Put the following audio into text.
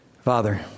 Father